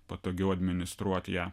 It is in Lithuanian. patogiau administruot ją